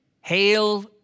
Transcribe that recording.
Hail